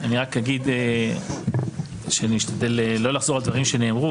אני רק אגיד שאני אשתדל לא לחזור על דברים שנאמרו,